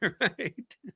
Right